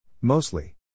Mostly